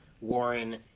Warren